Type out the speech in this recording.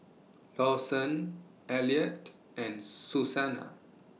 Lawson Elliott and Susanna